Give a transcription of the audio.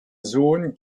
sohn